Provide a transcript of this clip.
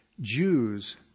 Jews